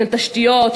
של תשתיות,